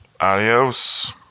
Adios